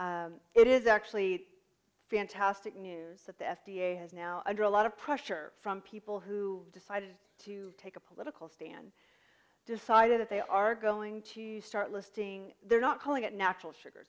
you it is actually fantastic news that the f d a is now under a lot of pressure from people who decided to take a political stand decided that they are going to start listing they're not calling it natural sugar